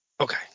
Okay